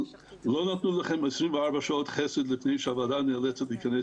לא נתנו לכם 24 שעות חסד לפני שהוועדה נאלצת להיכנס